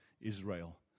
Israel